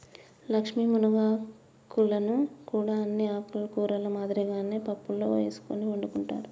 లక్ష్మీ మునగాకులను కూడా అన్ని ఆకుకూరల మాదిరిగానే పప్పులో ఎసుకొని వండుకుంటారు